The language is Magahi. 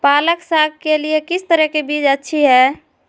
पालक साग के लिए किस तरह के बीज अच्छी है?